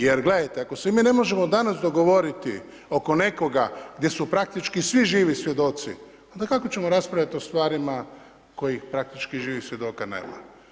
Jer gledajte, ako se mi ne možemo danas dogovoriti oko nekoga gdje su praktički svi živi svjedoci, onda kako ćemo raspravljati o stvarima kojih praktički živih svjedoka nema?